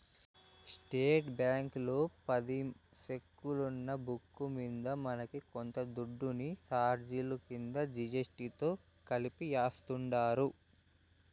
state బ్యాంకీలో పది సెక్కులున్న బుక్కు మింద మనకి కొంత దుడ్డుని సార్జిలు కింద జీ.ఎస్.టి తో కలిపి యాస్తుండారు